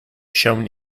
shown